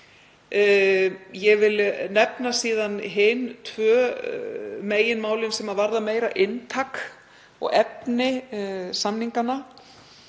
Ég vil síðan nefna hin tvö meginmálin sem varða meira inntak og efni samninganna